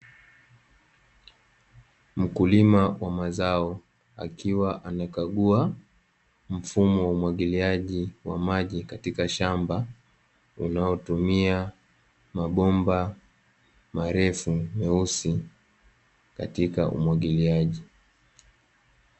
Mkulima wa mazao, akiwa anakagua mfumo wa umwagiliaji wa maji katika shamba unaotumia mabomba marefu meusi katika umwagiliaji.